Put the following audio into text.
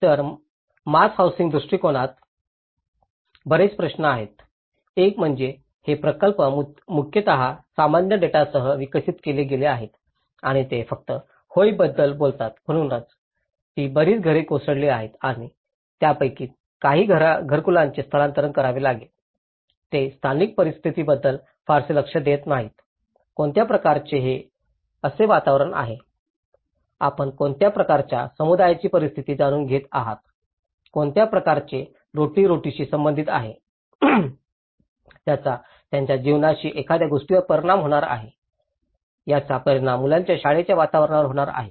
तर mass housing दृष्टिकोणात बरेच प्रश्न आहेत एक म्हणजे हे प्रकल्प मुख्यतः सामान्य डेटासह विकसित केले गेले आहेत आणि ते फक्त होय बद्दल बोलतात म्हणून ही बरीच घरे कोसळली आहेत आणि यापैकी काही घरकुलांचे स्थानांतरण करावे लागेल ते स्थानिक परिस्थितीबद्दल फारसे लक्ष देत नाहीत कोणत्या प्रकारचे हे असे वातावरण आहे आपण कोणत्या प्रकारच्या समुदायाची परिस्थिती जाणून घेत आहात कोणत्या प्रकारचे रोजीरोटीशी संबंधित आहेत याचा त्यांच्या जीवनावरील एखाद्या गोष्टीवर परिणाम होणार आहे याचा परिणाम मुलांच्या शाळेच्या वातावरणावर होणार आहे